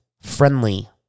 friendly